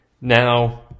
Now